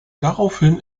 daraufhin